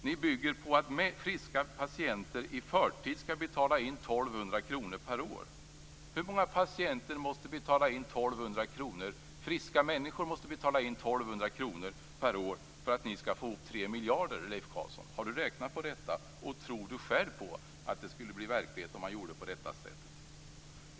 Ni bygger på att friska människor i förtid skall betala in 1 200 kr per år. Hur många friska människor måste betala in 1 200 kr per år för att ni skall få ihop 3 miljarder? Har Leif Carlson räknat på detta och tror han själv att det skulle bli verklighet om man gjorde på det här sättet?